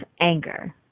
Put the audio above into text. Anger